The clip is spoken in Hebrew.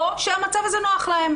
או שהמצב הזה נוח להם.